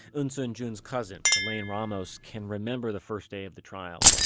eunsoon jun's cousin, elaine ramos, can remember the first day of the trial.